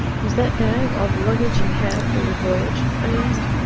was that bag all the luggage you had for your voyage? i asked.